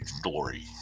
glory